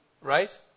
right